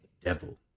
devil